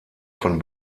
von